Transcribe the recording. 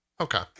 okay